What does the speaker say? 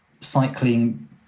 cycling